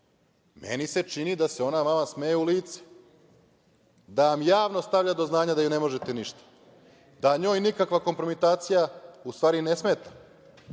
Meni se čini da se ona vama smeje u lice, da vam javno stavlja do znanja da joj ne možete ništa, da njoj nikakva kompromitacija u stvari ne smeta,